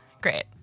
Great